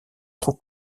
trop